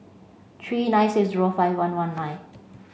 three nine six zero five one one nine